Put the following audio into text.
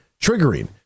triggering